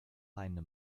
feinde